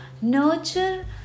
Nurture